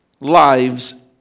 lives